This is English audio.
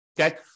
Okay